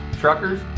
truckers